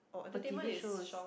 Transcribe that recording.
for T_V shows